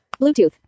Bluetooth